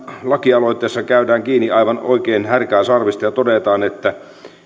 lakialoitteessa otetaan kiinni aivan oikein härkää sarvista ja todetaan että